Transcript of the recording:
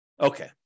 Okay